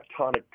tectonic